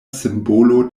simbolo